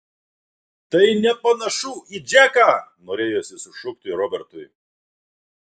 tai nepanašu į džeką norėjosi sušukti robertui